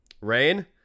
Rain